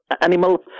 animal